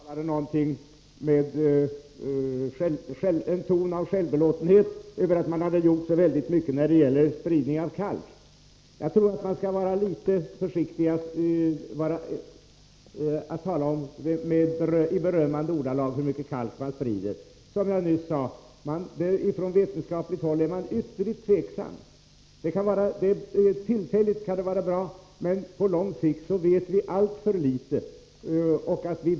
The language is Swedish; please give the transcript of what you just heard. Herr talman! Margareta Winberg talade i en ton av självbelåtenhet över att man har gjort väldigt mycket när det gäller spridning av kalk. Jag tror att man skall vara litet försiktig med att tala i berömmande ordalag om hur mycket kalk man sprider. Från vetenskapligt håll ställer man sig ytterst tveksam till denna spridning. Tillfälligt kan den vara bra, men på lång sikt vet vi alltför litet.